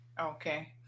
okay